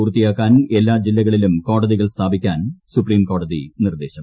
പൂർത്തിയാക്കാൻ എല്ലാ ജില്ലകളിലും കോടതികൾ സ്ഥാപിക്കാൻ സുപ്രീംകോടതി നിർദ്ദേശം